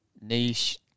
Niche